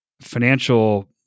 financial